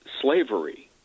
slavery